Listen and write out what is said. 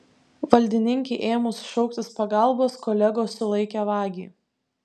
valdininkei ėmus šauktis pagalbos kolegos sulaikė vagį